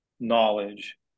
knowledge